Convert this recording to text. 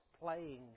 playing